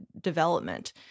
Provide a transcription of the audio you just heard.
development